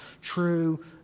true